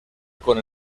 con